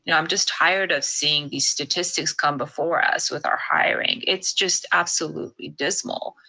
you know i'm just tired of seeing these statistics come before us with our hiring. it's just absolutely dismal.